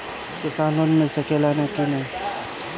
किसान लोन मिल सकेला कि न?